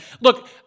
Look